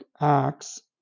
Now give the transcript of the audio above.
acts